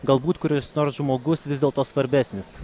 galbūt kuris nors žmogus vis dėlto svarbesnis